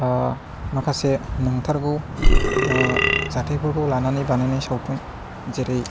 माखासे नंथारगौ जाथायफोरखौ लानानै बानायनाय सावथुन जेरै